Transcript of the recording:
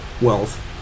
Wealth